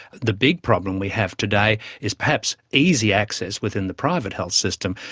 the big problem we have today is perhaps easy access within the private health system,